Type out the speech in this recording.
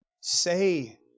Say